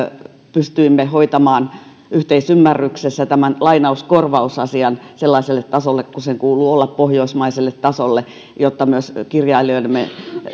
pystyneet hoitamaan yhteisymmärryksessä tämän lainauskorvausasian sellaiselle tasolle kuin sen kuuluu olla pohjoismaiselle tasolle jotta myös kirjailijoidemme